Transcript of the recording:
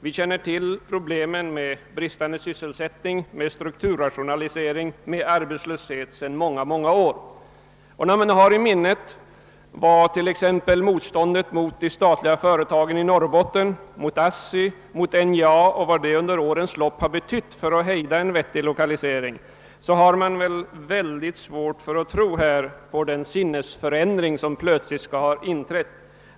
Vi känner till problemen med bristande sysselsättning, med strukturrationaliseringar och med arbetslöshet sedan många år. Vi har i minnet det motstånd som från borgerligt håll restes mot införandet av statliga företag i Norrbotten som ASSI, NJA 0. s. v. och vad detta motstånd under årens lopp betytt för att hejda en vettig lokalisering dit. Man har därför mycket svårt att tro på den sinnesändring som plötsligt skulle ha inträtt.